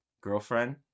girlfriend